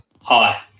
Hi